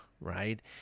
Right